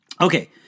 Okay